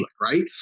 right